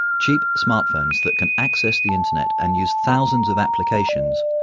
cheap smart phones that can access the internet and use thousands of applications,